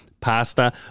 pasta